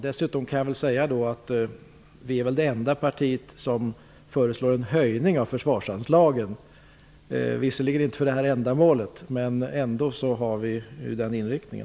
Dessutom kan jag säga att Ny demokrati är det enda parti som föreslår en höjning av försvarsan slaget, visserligen inte för det här ändamålet men ändå har vi den inriktningen.